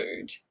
food